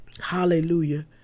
Hallelujah